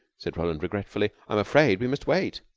said roland regretfully, i'm afraid we must wait.